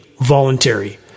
voluntary